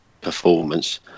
performance